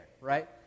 right